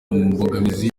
mbogamizi